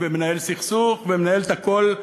מנהל סכסוך ומנהל את הכול,